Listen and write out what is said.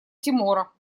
тимора